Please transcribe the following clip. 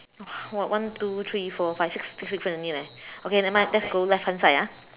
!wah! one two three four five six six difference only leh okay nevermind let's go left hand side ah